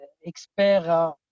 expert